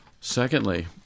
Secondly